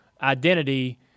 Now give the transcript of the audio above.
identity